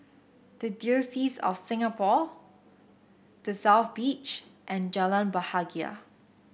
the Diocese of Singapore The South Beach and Jalan Bahagia